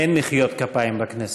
אין מחיאות כפיים בכנסת.